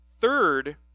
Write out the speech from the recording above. third